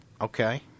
Okay